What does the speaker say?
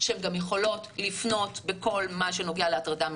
שהן גם יכולות לפנות בכל מה שנוגע להטרדה מינית,